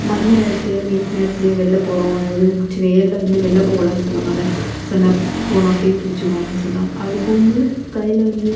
மதிய நேரத்துலேயோ நைட் நேரத்துலேயோ வெளில போகிறோம் அதாவது உச்சி வெயில்ல வந்து வெளில போகக்கூடாதுன்னு சொல்லுவாங்கள சொன்னால் போனால் பேய் பிடிச்சுக்கும் அப்படினு சொல்லுவாங்க அப்படி போகும்போது கையில் வந்து